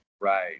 Right